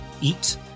eat